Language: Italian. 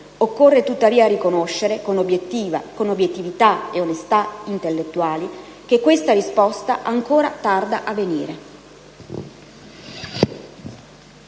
Occorre tuttavia riconoscere, con obiettività e onestà intellettuale, che questa risposta ancora tarda a venire.